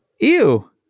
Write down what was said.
Ew